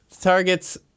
target's